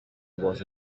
was